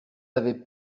avaient